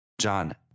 John